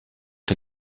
der